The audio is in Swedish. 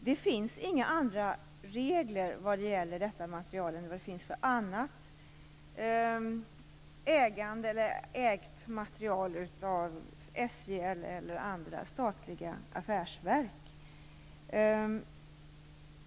Det finns inga andra regler för denna materiel än vad som gäller för annan materiel ägd av SJ eller andra statliga affärsverk.